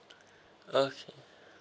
okay